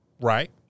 Right